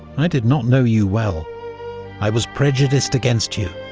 i did not know you well i was prejudiced against you.